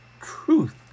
truth